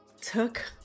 took